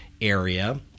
area